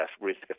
risk